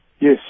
Yes